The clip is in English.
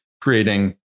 creating